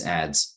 adds